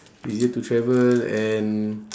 easier to travel and